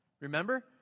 Remember